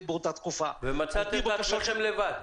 באותה תקופה --- ומצאתם את עצמכם לבד.